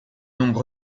nombres